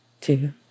two